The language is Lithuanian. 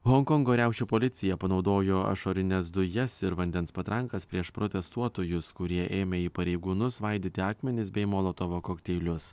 honkongo riaušių policija panaudojo ašarines dujas ir vandens patrankas prieš protestuotojus kurie ėmė į pareigūnus svaidyti akmenis bei molotovo kokteilius